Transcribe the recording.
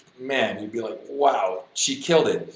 man, you'd be like wow, she killed it!